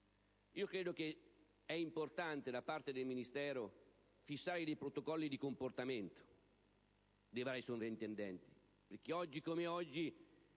Credo sia importante da parte del Ministero fissare dei protocolli di comportamento per i vari soprintendenti, perché oggi come oggi